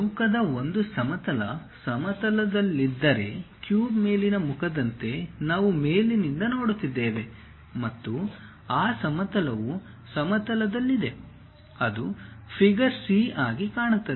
ಚೌಕದ ಒಂದು ಸಮತಲ ಸಮತಲದಲ್ಲಿದ್ದರೆ ಕ್ಯೂಬ್ ಮೇಲಿನ ಮುಖದಂತೆ ನಾವು ಮೇಲಿನಿಂದ ನೋಡುತ್ತಿದ್ದೇವೆ ಮತ್ತು ಆ ಸಮತಲವು ಸಮತಲದಲ್ಲಿದೆ ಅದು ಫಿಗರ್ ಸಿ ಆಗಿ ಕಾಣುತ್ತದೆ